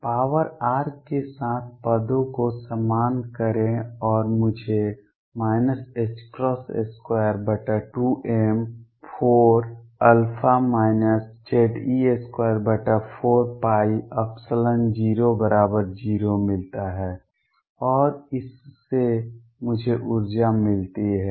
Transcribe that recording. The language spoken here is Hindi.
पॉवर r के साथ पदों को समान करें और मुझे 22m4α Ze24π00 मिलता है और इससे मुझे ऊर्जा मिलती है